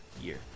year